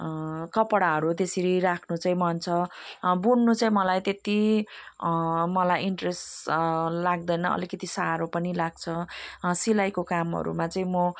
कपडाहरू त्यसेरी राख्नु चाहिँ मन छ बुन्नु चाहिँ मलाई त्यत्ति मलाई इन्टरेस्ट लाग्दैन अलिकति साह्रो पनि लाग्छ सिलाइको कामहरूमा चाहिँ म